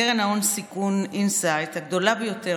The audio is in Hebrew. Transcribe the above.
קרן הון סיכון אינסייט הגדולה ביותר,